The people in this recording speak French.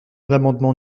l’amendement